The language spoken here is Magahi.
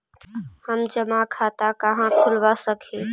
हम जमा खाता कहाँ खुलवा सक ही?